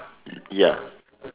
ya